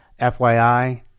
FYI